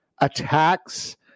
attacks